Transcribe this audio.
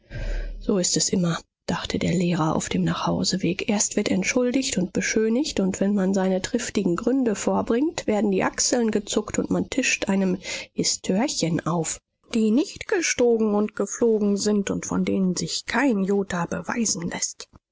so ist es immer dachte der lehrer auf dem nachhauseweg erst wird entschuldigt und beschönigt und wenn man seine triftigen gründe vorbringt werden die achseln gezuckt und man tischt einem histörchen auf die nicht gestogen und geflogen sind und von denen sich kein jota beweisen läßt